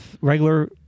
regular